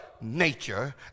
nature